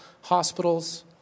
hospitals